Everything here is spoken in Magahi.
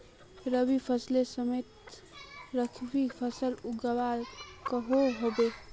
रवि फसलेर समयेत खरीफ फसल उगवार सकोहो होबे?